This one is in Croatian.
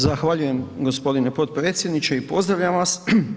Zahvaljujem g. potpredsjedniče i pozdravljam vas.